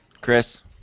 Chris